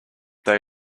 they